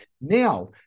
Now